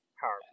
power